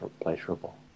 pleasurable